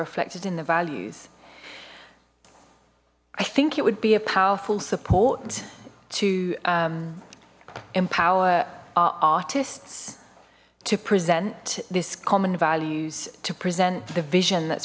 reflected in the values i think it would be a powerful support to empower our artists to present this common values to present the vision that